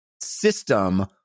system